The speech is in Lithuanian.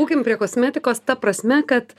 būkim prie kosmetikos ta prasme kad